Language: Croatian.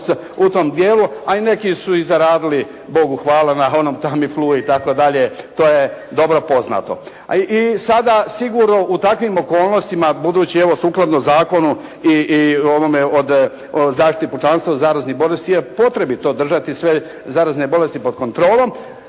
u tom dijelu, a i neku su zaradili Bogu hvala … /Govornik se ne razumije./ ….itd. to je dobro poznato. A i sada sigurno u takvim okolnostima, budući evo sukladno zakonu i ovome i zaštiti pučanstva od zaraznih bolesti je potrebito održati sve zarazne bolesti pod kontrolom